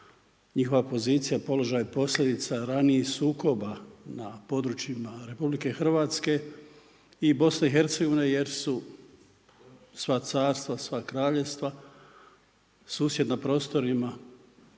njihova pozicija, položaj posljedica je ranijih sukoba na područjima RH i BiH-a jer su sva carstva, sva kraljevstva susjedna prostorima